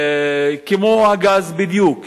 כמו הגז בדיוק.